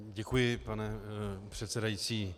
Děkuji, pane předsedající.